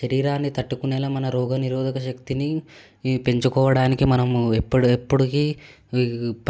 శరీరాన్ని తట్టుకునేలా మన రోగనిరోధక శక్తిని పెంచుకోవడానికి మనం ఎప్పుడు ఎప్పుడుకి